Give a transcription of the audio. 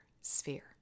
sphere